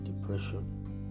depression